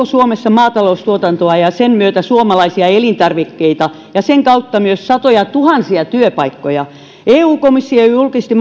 suomessa maataloustuotantoa ja sen myötä suomalaisia elintarvikkeita ja sen kautta myös satojatuhansia työpaikkoja eu komissio julkisti